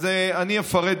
אני אפרט,